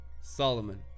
Solomon